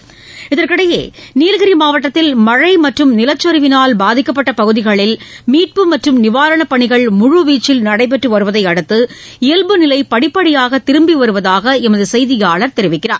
இகற்கிடையே நீலகிரி மாவட்டத்தில் மனம மற்றம் நிலச்சரிவினால் பாதிக்கப்பட்ட பகுதிகளில் மீட்பு மற்றும் நிவாரணப் பணிகள் முழுவீச்சில் நடைபெற்று வருவதை அடுத்து இயல்பு நிலை படிப்படியாக திரும்பி வருவகாக எமகு செய்கியாளர் செரிவிக்கிறார்